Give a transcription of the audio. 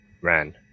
ran